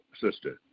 sister